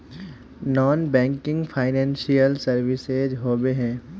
Non banking financial services होबे है?